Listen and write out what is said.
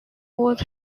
was